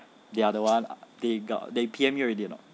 they are the one ah they got the P_M you already or not